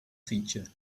feature